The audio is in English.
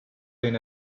been